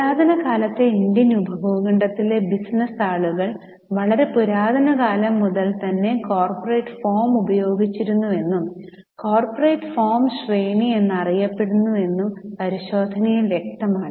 പുരാതന കാലത്തെ ഇന്ത്യൻ ഉപഭൂഖണ്ഡത്തിലെ ബിസിനസ്സ് ആളുകൾ വളരെ പുരാതന കാലം മുതൽ തന്നെ കോർപ്പറേറ്റ് ഫോം ഉപയോഗിക്കുന്നുവെന്നും കോർപ്പറേറ്റ് ഫോം ശ്രേണി എന്നറിയപ്പെടുന്നുവെന്നും പരിശോധനയിൽ വ്യക്തമാണ്